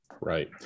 Right